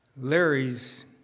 Larry's